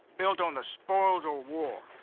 built on the spoils of war.